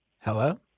Hello